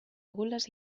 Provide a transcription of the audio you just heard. gules